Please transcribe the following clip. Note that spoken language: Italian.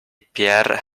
pierre